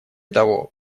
того